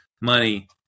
money